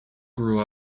grew